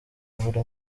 buri